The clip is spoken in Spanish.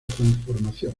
transformación